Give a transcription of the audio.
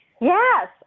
Yes